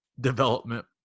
development